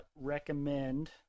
recommend